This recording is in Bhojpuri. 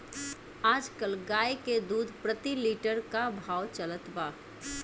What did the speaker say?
आज कल गाय के दूध प्रति लीटर का भाव चलत बा?